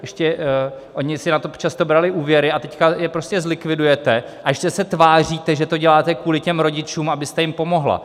Ještě ony si na to často braly úvěry, teď je prostě zlikvidujete a ještě se tváříte, že to děláte kvůli těm rodičům, abyste jim pomohla.